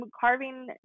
carving